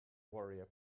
warrior